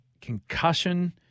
concussion